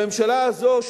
הממשלה הזאת,